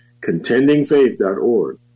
contendingfaith.org